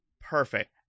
perfect